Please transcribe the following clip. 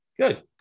good